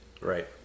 Right